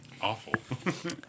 awful